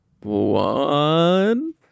One